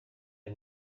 ari